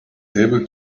able